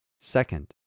Second